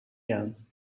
dance